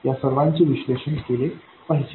या सर्वांचे विश्लेषण केले पाहिजे